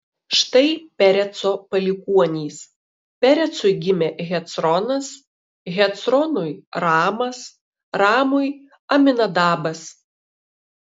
štai pereco palikuonys perecui gimė hecronas hecronui ramas ramui aminadabas